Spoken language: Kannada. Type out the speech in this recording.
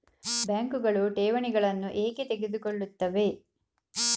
ಬ್ಯಾಂಕುಗಳು ಠೇವಣಿಗಳನ್ನು ಏಕೆ ತೆಗೆದುಕೊಳ್ಳುತ್ತವೆ?